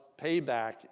payback